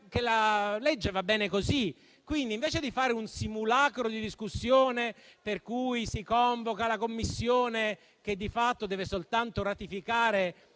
la legge va bene così. Quindi, invece di fare un simulacro di discussione per cui si convoca la Commissione che di fatto deve soltanto ratificare